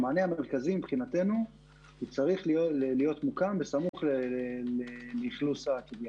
המענה המרכזי מבחינתנו צריך להיות מוכן בסמוך לאכלוס הקריה.